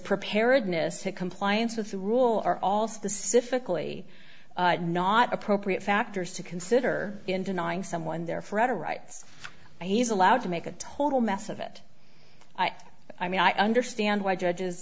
preparedness to compliance with the rule are all specifically not appropriate factors to consider in denying someone their forever rights he's allowed to make a total mess of it i mean i understand why judges